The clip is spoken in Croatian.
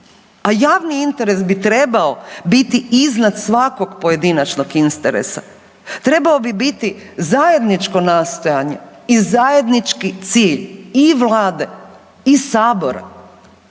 A javni interes bi trebao biti iznad svakog pojedinačnog interesa. Trebao bi biti zajedničko nastojanje i zajednički cilj i Vlade i sabora